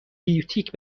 بیوتیک